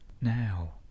Now